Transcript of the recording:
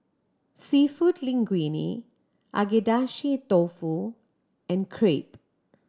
Seafood Linguine Agedashi Dofu and Crepe